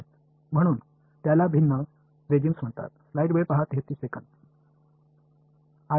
எனவே அவை different regimes என்று அழைக்கப்படுகின்றன